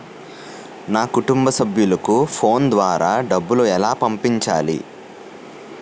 నా కుటుంబ సభ్యులకు ఫోన్ ద్వారా డబ్బులు ఎలా పంపించాలి?